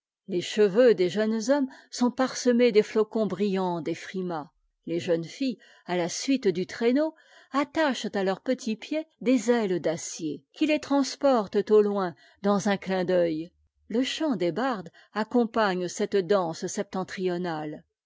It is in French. les cheveux des jeunes hommes sont parsemés des flocons brillants des frimas les jeunes filles à la suite du traîneau attachent à leurs petits pieds des ailes d'acier qui les transportent au loin dans un clin d'œi le chant des bardes accompagne cette danse septentrionale